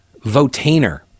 votainer